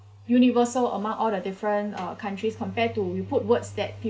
universal among all the different uh countries compare to we put words that